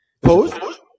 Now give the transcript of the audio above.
Post